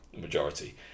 majority